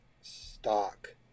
stock